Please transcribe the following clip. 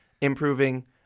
improving